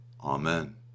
Amen